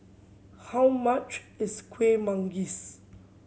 how much is Kueh Manggis